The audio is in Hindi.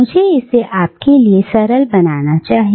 मुझे इसे आपके लिए सरल बनाना चाहिए